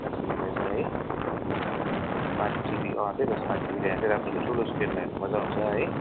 सेमसङको पनि रहेछ है स्मार्ट टिभी त्यही त स्मार्ट टिभी ल्याएँ भने राम्रो हुन्छ ठुलो स्क्रिनमा हेर्नु मजा आउँछ है